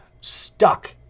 stuck